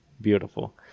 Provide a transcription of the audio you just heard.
beautiful